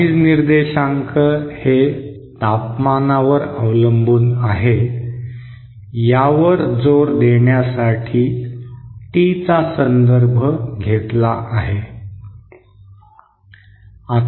noise निर्देशांक हे तापमानावर अवलंबून आहे यावर जोर देण्यासाठी T चा संदर्भ घेतला आहे